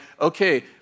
okay